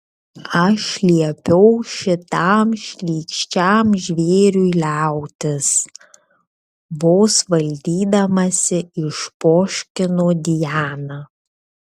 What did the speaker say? aš liepiau šitam šlykščiam žvėriui liautis vos valdydamasi išpoškino diana